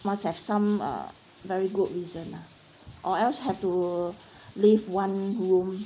must have some uh very good reason ah or else have to leave one room